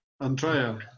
Andrea